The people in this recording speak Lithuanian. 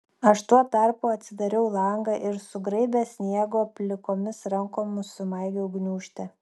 aš tuo tarpu atsidariau langą ir sugraibęs sniego plikomis rankomis sumaigiau gniūžtę